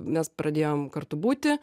mes pradėjom kartu būti